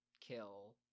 kill